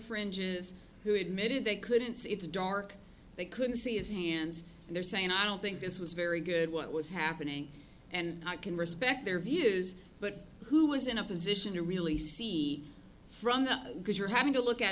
fringes who admitted they couldn't see it's dark they couldn't see his hands and they're saying i don't think this was very good what was happening and i can respect their views but who was in a position to really see from the because you're having to look at